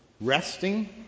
resting